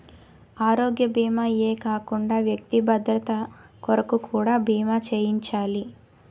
ఆరోగ్య భీమా ఏ కాకుండా వ్యక్తి భద్రత కొరకు కూడా బీమా చేయించాలి